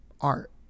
art